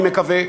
אני מקווה,